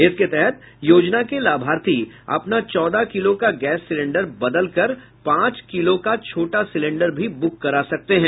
इसके तहत योजना के लाभार्थी अपना चौदह किलो का गैस सिलेंडर बदल कर पांच किलो का छोटा सिलेंडर की बुक करा सकते हैं